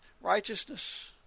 righteousness